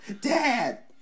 Dad